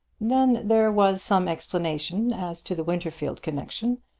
then there was some explanation as to the winterfield connection,